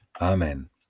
Amen